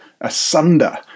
asunder